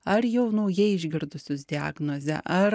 ar jau naujai išgirdusius diagnozę ar